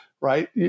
right